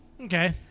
Okay